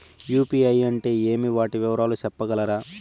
UPI అంటే ఏమి? వాటి వివరాలు సెప్పగలరా?